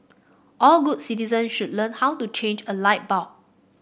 all good citizen should learn how to change a light bulb